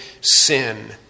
sin